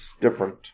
different